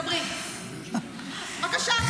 בבקשה.